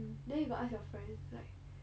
mm then you got ask your friend like